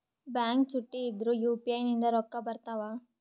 Bank ಚುಟ್ಟಿ ಇದ್ರೂ UPI ನಿಂದ ರೊಕ್ಕ ಬರ್ತಾವಾ?